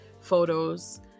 photos